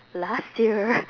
last year